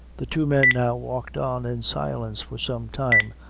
the two men now walked on in silence for some time,